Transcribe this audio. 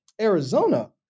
Arizona